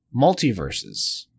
multiverses